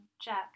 Jack